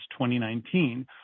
2019